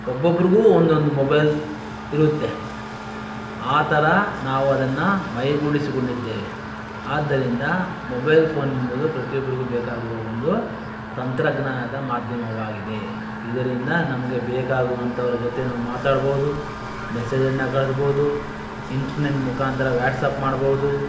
ಒಬ್ಬೊಬ್ರಿಗೂ ಒಂದೊಂದು ಮೊಬೈಲ್ ಇರುತ್ತೆ ಆ ಥರ ನಾವು ಅದನ್ನ ಮೈಗೂಡಿಸಿಕೊಂಡಿದ್ದೇವೆ ಆದ್ದರಿಂದ ಮೊಬೈಲ್ ಫೋನೆಂಬುದು ಪ್ರತಿಯೊಬ್ಬರಿಗೂ ಬೇಕಾಗುವ ಒಂದು ತಂತ್ರಜ್ಙಾನದ ಮಾಧ್ಯಮವಾಗಿದೆ ಇದರಿಂದ ನಮಗೆ ಬೇಕಾಗುವಂಥವರ ಜೊತೆ ನಾವು ಮಾತಾಡ್ಬೋದು ಮೆಸೇಜನ್ನು ಕಳಿಸ್ಬೋದು ಇಂಟ್ರ್ನೆಟ್ ಮುಖಾಂತರ ವಾಟ್ಸಪ್ ಮಾಡ್ಬೋದು